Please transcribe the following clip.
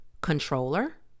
controller